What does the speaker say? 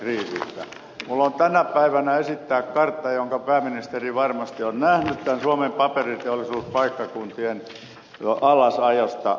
minulla on tänä päivänä esittää kartta jonka pääministeri varmasti on nähnyt suomen paperiteollisuuspaikkakuntien alasajosta